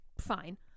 fine